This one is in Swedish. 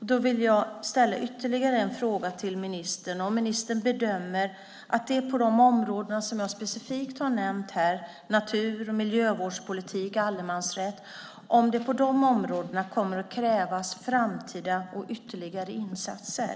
Jag vill ställa ytterligare en fråga till ministern. Bedömer ministern att det på de områden som jag specifikt har nämnt här - natur, miljövårdspolitik och allemansrätt - kommer att krävas framtida och ytterligare insatser?